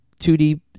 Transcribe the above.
2D